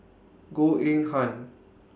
Goh Eng Han